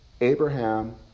Abraham